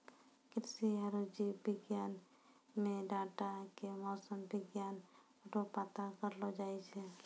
कृषि आरु जीव विज्ञान मे डाटा से मौसम विज्ञान रो पता करलो जाय छै